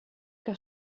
que